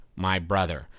MYBROTHER